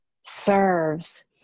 serves